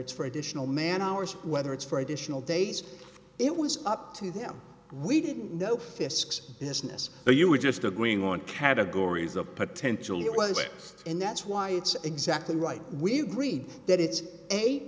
it's for additional man hours whether it's for additional days it was up to them we didn't know fisk's business or you were just agreeing on categories of potential us and that's why it's exactly right we agreed that it's a